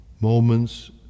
moments